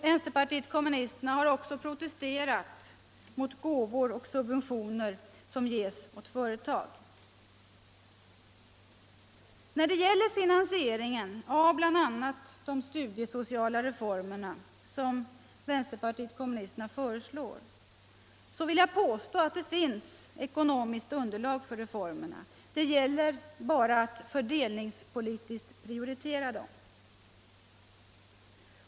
Vänsterpartiet kommunisterna har också protesterat mot gåvor och subventioner som ges åt företag. När det gäller finansieringen av bl.a. de studiesociala reformer som vänsterpartiet kommunisterna föreslår så vill jag påstå att det finns ekonomiskt underlag för reformerna. Det gäller bara att fördelningspolitiskt prioritera dem.